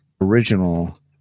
original